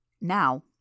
Now